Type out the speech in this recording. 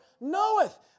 knoweth